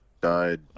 died